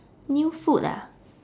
new food ah